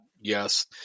Yes